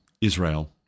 Israel